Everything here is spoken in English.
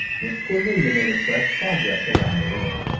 miss cornelia made a fresh progress around the room.